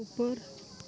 ऊपर